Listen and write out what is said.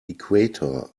equator